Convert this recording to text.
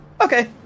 Okay